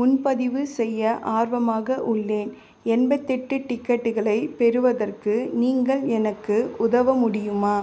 முன்பதிவு செய்ய ஆர்வமாக உள்ளேன் எண்பத்தெட்டு டிக்கெட்டுகளை பெறுவதற்கு நீங்கள் எனக்கு உதவ முடியுமா